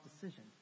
decision